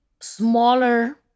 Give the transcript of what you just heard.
smaller